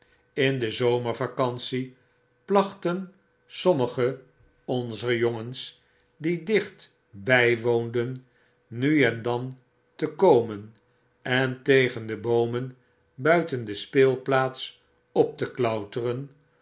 in de zomervacantie plachten sommige onzer jongens die dicht by woonden nu en dan te komen en tegen de boomen buiten de speelplaats op te klautereo